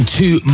two